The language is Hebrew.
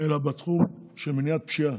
אלא בתחום של מניעת פשיעה.